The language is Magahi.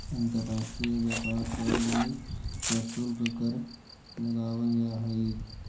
अंतर्राष्ट्रीय व्यापार पर भी प्रशुल्क कर लगावल जा हई